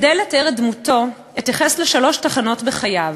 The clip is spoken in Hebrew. כדי לתאר את דמותו אתייחס לשלוש תחנות בחייו.